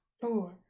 four